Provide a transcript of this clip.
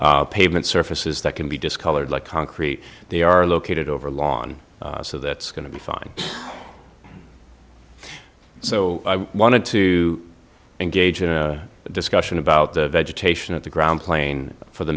pavement surfaces that can be discolored like concrete they are located over lawn so that's going to be fine so i wanted to engage in a discussion about the vegetation at the ground plane for the